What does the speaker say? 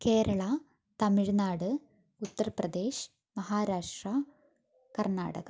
Kerala Tamil Nadu Uttar Pradesh Maharashtra Karnataka